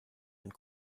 and